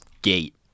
Gate